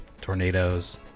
tornadoes